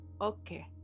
Okay